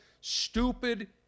Stupid